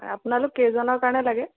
আপোনালোক কেইজনৰ কাৰণে লাগে